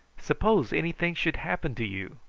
suppose anything should happen to you,